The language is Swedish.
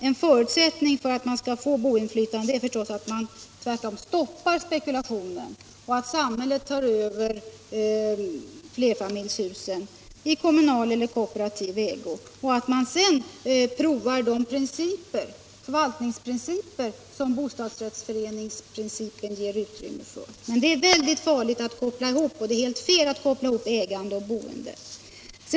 En förutsättning för att man skall få boinflytande är förstås att man tvärtom stoppar spekulationen och för över flerfamiljshusen i kommunal eller kooperativ ägo för att sedan ge möjlighet att prova de förvaltningsmetoder som bostadsrättsföreningsprincipen ger utrymme för. Men det är väldigt farligt att koppla ihop dessa principer, och det är helt fel att koppla ihop ägande och boende.